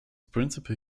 principal